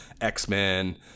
X-Men